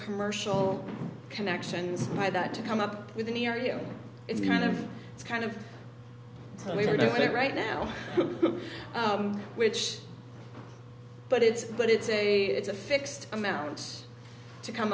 commercial connections by that to come up with an area it's kind of it's kind of what we're doing right now which but it's but it's a it's a fixed amount to come